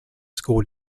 school